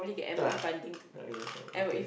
tak nak nak gula oh okay